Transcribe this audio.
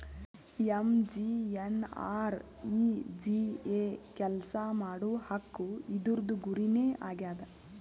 MGNREGA ಕೆಲ್ಸಾ ಮಾಡುವ ಹಕ್ಕು ಇದೂರ್ದು ಗುರಿ ನೇ ಆಗ್ಯದ